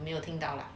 没有听到了